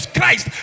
Christ